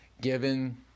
given